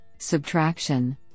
subtraction